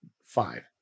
five